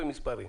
במספרים.